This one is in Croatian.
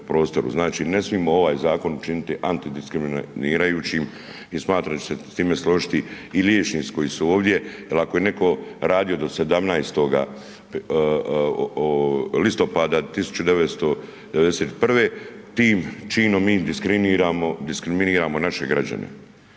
Znači ne smijemo ovaj zakon učiniti antidiskriminirajućim i smatram da će se s time složiti i liječnici koji su ovdje. Jer ako je netko radio do 17. listopada 1991. tim činom mi diskriminiramo naše građane.